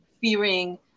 fearing